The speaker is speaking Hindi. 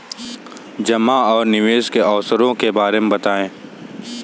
जमा और निवेश के अवसरों के बारे में बताएँ?